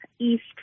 east